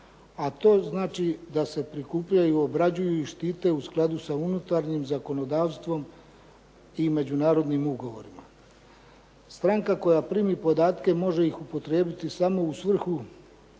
a to znači da se prikupljaju, obrađuju i štite u skladu sa unutarnjim zakonodavstvom i međunarodnim ugovorima. Stranka koja primi podatke može ih upotrijebiti samo u svrhu